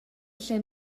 lle